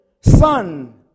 Son